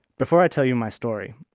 before i tell you my story,